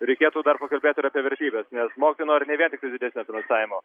reikėtų dar pakalbėt ir apie vertybes nes mokytojai nori ne vien tik didesnio finansavimo